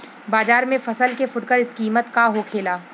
बाजार में फसल के फुटकर कीमत का होखेला?